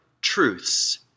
truths